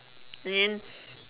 ya